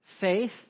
faith